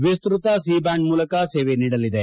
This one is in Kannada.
ವಿಸ್ತತ ಸಿ ಬ್ಯಾಂಡ್ ಮೂಲಕ ಸೇವೆ ನೀಡಲಿದೆ